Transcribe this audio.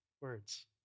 words